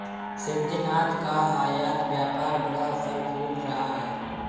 सिद्धिनाथ का आयत व्यापार बड़ा फल फूल रहा है